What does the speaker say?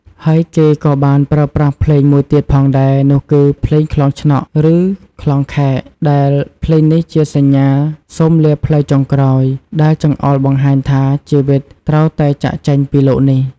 ហើយគេក៏បានប្រើប្រាស់ភ្លេងមួយទៀតផងដែរ នោះគឺ ភ្លេងខ្លងឆ្នក់ ឬ ខ្លងខែក ដែលភ្លេងនេះជាសញ្ញាសូមលាផ្លូវចុងក្រោយ ដែលចង្អុលបង្ហាញថា ជីវិតត្រូវតែចាកចេញពីលោកនេះ។